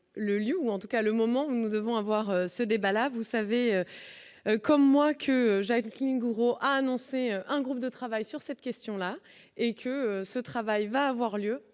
le moment où nous devons avoir ce débat-là, vous savez comme moi que Jacqueline Gourault a annoncé un groupe de travail sur cette question-là et que ce travail va avoir lieu